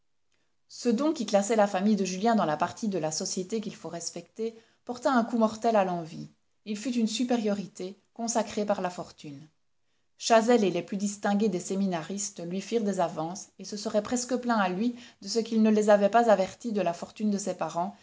ce don qui classait la famille de julien dans la partie de la société qu'il faut respecter porta un coup mortel à l'envie il fut une supériorité consacrée par la fortune chazel et les plus distingués des séminaristes lui firent des avances et se seraient presque plaints à lui de ce qu'il ne les avait pas avertis de la fortune de ses parents